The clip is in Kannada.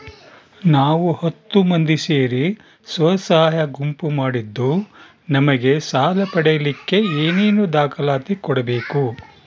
ನಾವು ಹತ್ತು ಮಂದಿ ಸೇರಿ ಸ್ವಸಹಾಯ ಗುಂಪು ಮಾಡಿದ್ದೂ ನಮಗೆ ಸಾಲ ಪಡೇಲಿಕ್ಕ ಏನೇನು ದಾಖಲಾತಿ ಕೊಡ್ಬೇಕು?